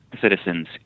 citizens